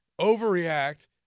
overreact